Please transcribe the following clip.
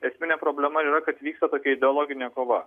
esminė problema yra kad vyksta tokia ideologinė kova